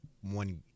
one